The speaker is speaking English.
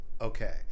okay